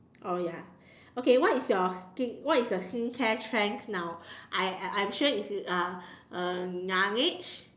oh ya okay what is your skin what is your skincare trend now I'm I'm I'm sure it's uh uh Laneige